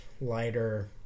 lighter